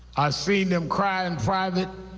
i've seen them cry in private.